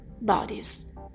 bodies